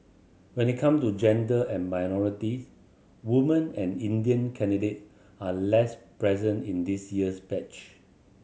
when it come to gender and minorities women and Indian candidate are less present in this year's batch